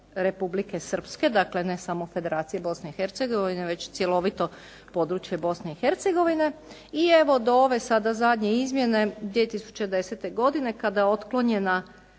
Republike Srpske, dakle ne samo Federacije Bosne i Hercegovine već cjelovito područje Bosne i Hercegovine. I evo do ove sada zadnje izmjene 2010. godine kada je otklonjena